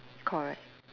correct